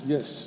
Yes